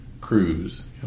cruise